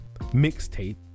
mixtape